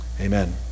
Amen